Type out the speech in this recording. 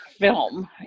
film